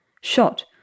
Shot